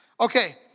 Okay